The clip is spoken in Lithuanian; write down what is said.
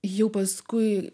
jau paskui